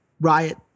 Riot